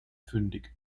fündig